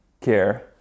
care